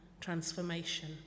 transformation